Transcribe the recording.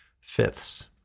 fifths